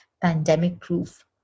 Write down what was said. pandemic-proof